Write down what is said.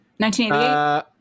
1988